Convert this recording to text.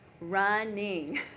running